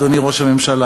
אדוני ראש הממשלה,